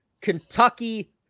Kentucky